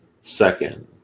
second